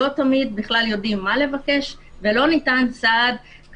לא תמיד בכלל יודעים מה לבקש ולא ניתן סעד,